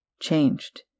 changed